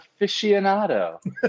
aficionado